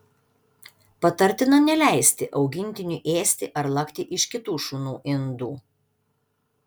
patartina neleisti augintiniui ėsti ar lakti iš kitų šunų indų